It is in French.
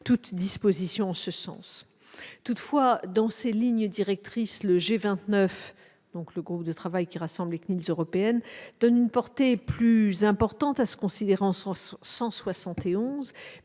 Toutefois, dans ses lignes directrices, le G29, le groupe de travail qui rassemble les « CNIL » européennes, donne une portée plus importante à ce considérant 171,